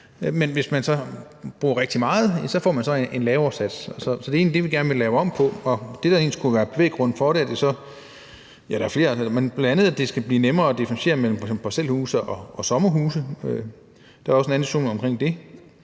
men hvis man så bruger rigtig meget, får man så en lavere sats. Det er egentlig det, vi gerne vil lave om på. Det, der egentlig skulle være bevæggrunden for det – ja, der er flere – er bl.a., at det skal blive nemmere at differentiere mellem f.eks. parcelhuse og sommerhuse. Der er også en anden diskussion om det.